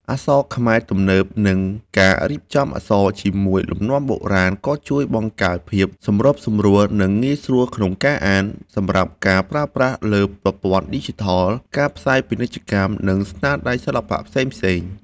អក្សរខ្មែរទំនើប និងការរៀបចំអក្សរជាមួយលំនាំបុរាណក៏ជួយបង្កើតភាពសម្របសម្រួល និងងាយស្រួលក្នុងការអាន សម្រាប់ការប្រើប្រាស់លើប្រព័ន្ធឌីជីថល ការផ្សាយពាណិជ្ជកម្ម និងស្នាដៃសិល្បៈផ្សេងៗ។